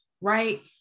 right